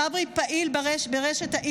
צברי פעיל ברשת,